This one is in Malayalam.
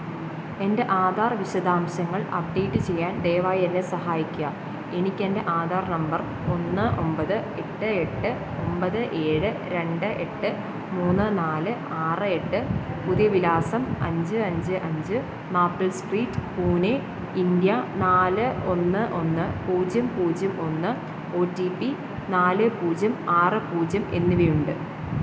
എൻ്റെ ആധാർ വിശദാംശങ്ങൾ അപ്ഡേറ്റ് ചെയ്യാൻ ദയവായി എന്നെ സഹായിക്കുക എനിക്കെൻ്റെ ആധാർ നമ്പർ ഒന്ന് ഒമ്പത് എട്ട് എട്ട് ഒമ്പത് ഏഴ് രണ്ട് എട്ട് മൂന്ന് നാല് ആറ് എട്ട് പുതിയ വിലാസം അഞ്ച് അഞ്ച് അഞ്ച് മാപ്പിൾ സ്ട്രീറ്റ് പൂനെ ഇൻഡ്യ നാല് ഒന്ന് ഒന്ന് പൂജ്യം പൂജ്യം ഒന്ന് ഒ റ്റി പി നാല് പൂജ്യം ആറ് പൂജ്യം എന്നിവയുണ്ട്